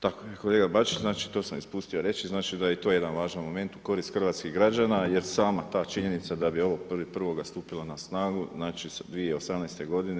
Tako je kolega Bačić to sam ispustio reći znači da je i to jedan važan moment u korist hrvatskih građana jer sama ta činjenica da bi ovo 1.1. stupilo na snagu znači 2018. godine.